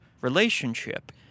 relationship